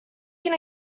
can